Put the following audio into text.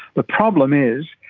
the problem is,